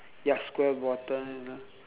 ya square bottom and uh